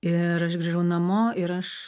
ir aš grįžau namo ir aš